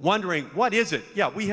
wondering what is it yeah we